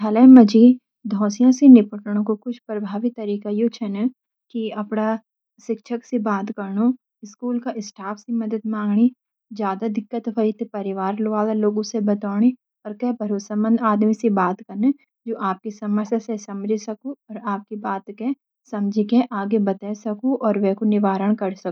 विद्यालय मंजी धौसिया सी निपटन कु कुछ प्रभावी तरीका यू छन कि अपडा शिक्षक सी बात करनू, स्कूल का स्टाफ सी मदद मांगनी ज्यादा दिक्कत व्हाई त परिवार के बातोंनि और के भरोसमंद आदमी सी बात कन्न जु आपकी समस्या के समझी सकू और आपकी बात के समझी के आगे बताय सकू, और वे कु निवारण करी सकू।